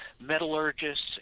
metallurgists